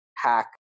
hack